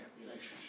relationship